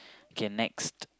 okay next